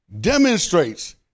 Demonstrates